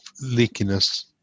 leakiness